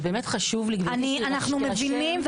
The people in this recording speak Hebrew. אבל חשוב לי --- אנחנו מבינים,